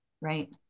right